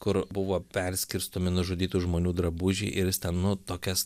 kur buvo perskirstomi nužudytų žmonių drabužiai ir jis ten nu tokias